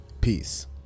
Peace